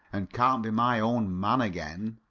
and can't be my own man again.